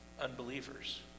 unbelievers